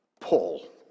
Paul